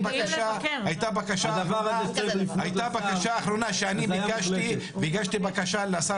הייתה בקשה אחרונה שאני ביקשתי והגעתי בקשה לשר